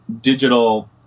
digital